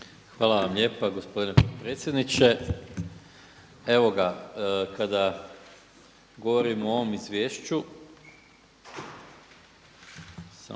Hvala vam lijepa gospodine potpredsjedniče. Evo ga, kada govorim o ovom izvješću